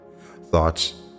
Thoughts